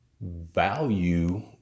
value